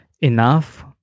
enough